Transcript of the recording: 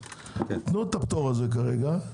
תנו את הפטור הזה כרגע,